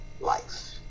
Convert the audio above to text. life